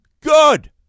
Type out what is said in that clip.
Good